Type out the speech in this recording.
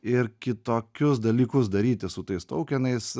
ir kitokius dalykus daryti su tais tuokenais